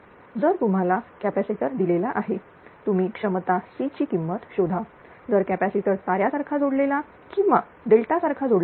आता जर तुम्हाला कॅपॅसिटर दिलेला आहे तुम्ही क्षमता C ची किंमत शोधा जर कॅपॅसिटर ताऱ्यासारखा जोडलेला किंवा डेल्टा सारखा जोडलेला आहे